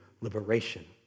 liberation